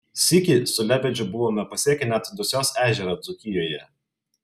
sykį su lebedžiu buvome pasiekę net dusios ežerą dzūkijoje